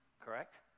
correct